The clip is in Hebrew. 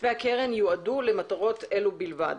כספי הקרן יועדו למטרות אלו בלבד.